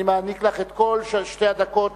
אני מעניק לך שתי דקות